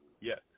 yes